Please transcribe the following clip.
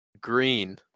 green